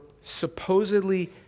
supposedly